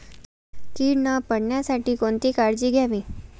कीड न पडण्यासाठी कोणती काळजी घ्यावी?